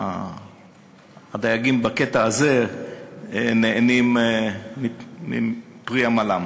והדייגים בקטע הזה נהנים מפרי עמלם.